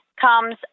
comes